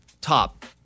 top